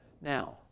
Now